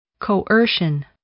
Coercion